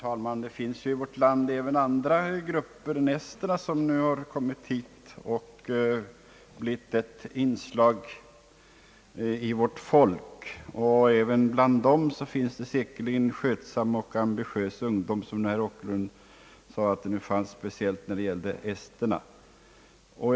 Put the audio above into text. Herr talman! Det är också andra grupper än esterna som har kommit till vårt land och blivit ett inslag i vårt folk, och även bland dem finns det säkert skötsam och ambitiös ungdom, som herr Åkerlund sade att det fanns speciellt inom den estniska gruppen.